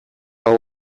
hau